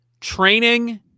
training